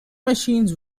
machines